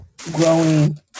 growing